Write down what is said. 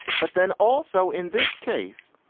but then also in this case,